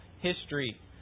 history